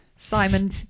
Simon